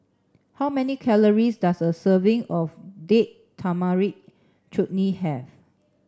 how many calories does a serving of Date Tamarind Chutney have